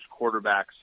quarterbacks